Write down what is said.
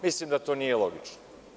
Mislim da to nije logično.